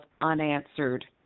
unanswered